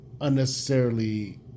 unnecessarily